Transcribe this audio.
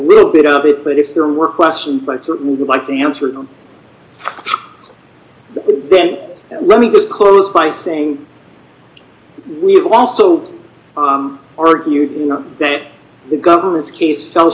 little bit of it but if there were questions i certainly would like to answer them then let me just close by saying we also are arguing that the government's case fell